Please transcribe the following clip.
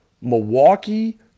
Milwaukee